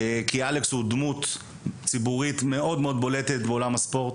אלכס הוא דמות ציבורית מאוד בולטת בעולם הספורט